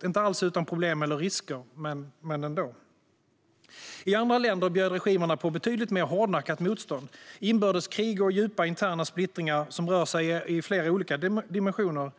Det är inte alls utan problem eller risker men ändå. I andra länder bjöd regimerna på betydligt mer hårdnackat motstånd. Inbördeskrig och djupa interna splittringar, som rör sig i flera olika dimensioner,